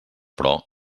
però